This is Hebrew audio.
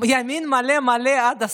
ימין מלא מלא עד הסוף.